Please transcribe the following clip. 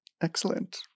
excellent